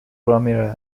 ramirez